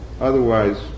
otherwise